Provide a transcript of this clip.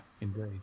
indeed